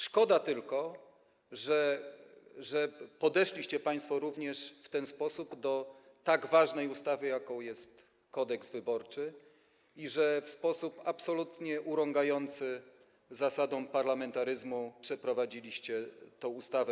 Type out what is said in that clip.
Szkoda tylko, że podeszliście państwo w ten sposób również do tak ważnej ustawy, jaką jest Kodeks wyborczy, i że w sposób absolutnie urągający zasadom parlamentaryzmu przeprowadziliście tę ustawę.